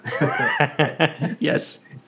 Yes